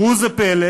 וראו זה פלא: